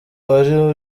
wari